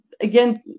again